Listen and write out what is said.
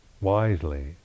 wisely